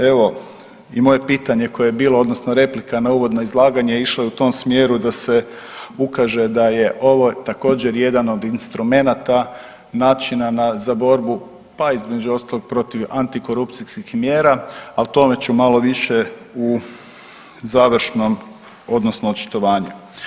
Evo i moje pitanje koje je bilo odnosno replika na uvodno izlaganje išlo je u tom smjeru da se ukaže da je ovo također jedan od instrumenata načina za borbu pa između ostalog protiv antikorupcijskih mjera, ali o tome ću malo više u završnom odnosno očitovanju.